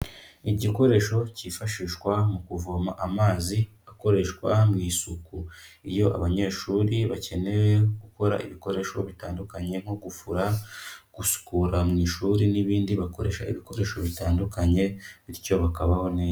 Igikoresho cyifashishwa mu kuvoma amazi akoreshwa mu isuku, iyo abanyeshuri bakeneye gukora ibikoresho bitandukanye nko gufura gusukura mu ishuri n'ibindi bakoresha ibikoresho bitandukanye bityo bakabaho neza.